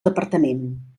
departament